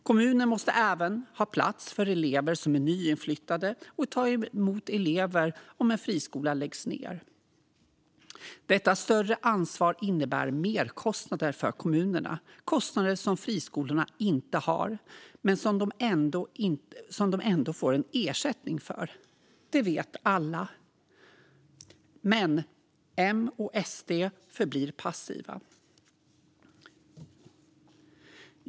Kommunen måste även ha plats för elever som är nyinflyttade och ta emot elever om en friskola läggs ned. Detta större ansvar innebär merkostnader för kommunerna. Det är kostnader som friskolorna inte har men som de ändå får en ersättning för. Det vet alla, men Moderaterna och Sverigedemokraterna förblir passiva.